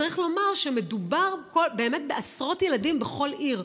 צריך לומר שמדובר בעשרות ילדים בכל עיר,